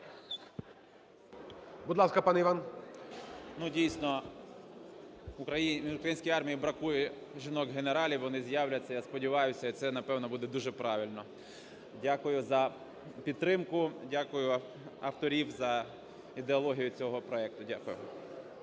Дякую за підтримку. Дякую авторам за ідеологію цього проекту.